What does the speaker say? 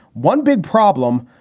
one big problem,